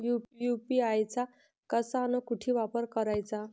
UPI चा कसा अन कुटी वापर कराचा?